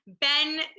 Ben